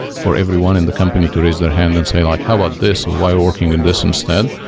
for everyone in the company to raise their hand and say, like how about this? or why working in this instead?